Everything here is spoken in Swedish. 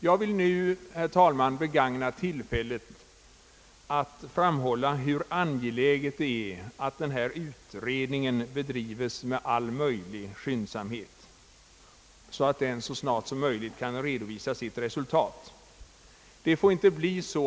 Jag vill, herr talman, begagna tillfället att framhålla vikten av att denna utredning bedrives med all möjlig skyndsamhet, så att den kan redovisa sitt arbete snarast möjligt.